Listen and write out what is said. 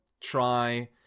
try